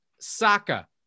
Saka